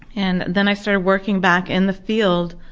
and then i started working back in the field,